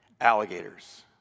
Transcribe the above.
alligators